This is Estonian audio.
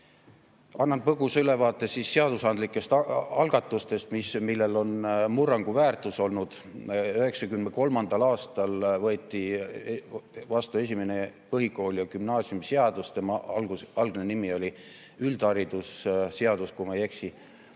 Annan põgusa ülevaate seadusandlikest algatustest, millel on olnud murrangu väärtus. 1993. aastal võeti vastu esimene põhikooli‑ ja gümnaasiumiseadus. Selle algne nimi oli üldharidusseadus, kui ma ei eksi. Aga